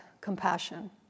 compassion